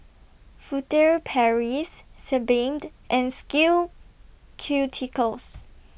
Furtere Paris Sebamed and Skin Ceuticals